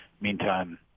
Meantime